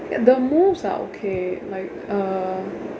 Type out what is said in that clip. the moves are okay like um